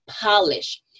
polish